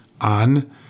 on